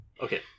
Okay